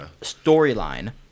storyline